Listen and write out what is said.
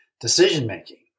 decision-making